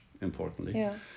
importantly